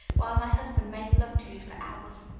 while my husband made love to you for hours.